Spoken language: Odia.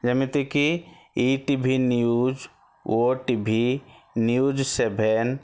ଯେମିତିକି ଇ ଟି ଭି ନ୍ୟୁଜ୍ ଓ ଟି ଭି ନ୍ୟୁଜ୍ ସେଭେନ୍